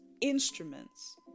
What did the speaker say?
instruments